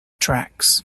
tracks